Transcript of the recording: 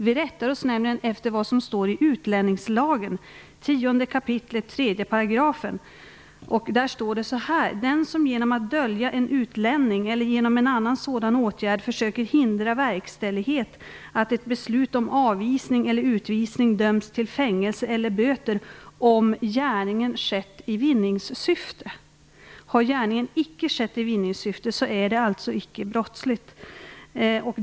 Vi rättar oss nämligen efter vad som står i utlänningslagen, 10 kap. 3 §. Där står följande: Den som genom att dölja en utlänning eller genom en annan sådan åtgärd försöker hindra verkställighet att ett beslut om avvisning eller utvisning döms till fängelse eller böter om gärningen skett i vinningssyfte. Har gärningen icke skett i vinningssyfte, är den alltså icke brottslig.